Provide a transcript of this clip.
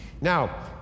Now